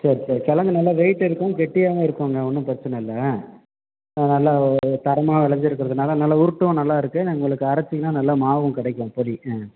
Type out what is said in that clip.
சரி சரி கிழங்கு நல்லா வெயிட் இருக்கும் கெட்டியாவும் இருக்குங்க ஒன்றும் பிரச்சின இல்லை ஆ நல்லா ஒரு தரமாக விளைஞ்சிருக்கறதுனால நல்லா உருட்டும் நல்லாயிருக்கு உங்களுக்கு அரச்சீங்கனா நல்லா மாவும் கிடைக்கும் பொடி ஆ